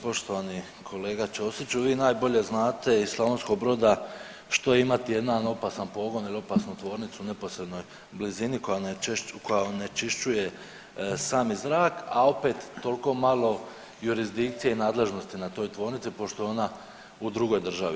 Poštovani kolega Ćosiću, vi najbolje znate iz Slavonskog Broda što je imati jedan opasan pogon ili opasnu tvornicu u neposrednoj blizini koja onečišćuje sami zrak, a opet tolko malo jurisdikcije i nadležnosti na toj tvornici pošto je ona u drugoj državi.